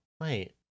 wait